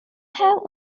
have